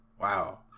Wow